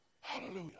Hallelujah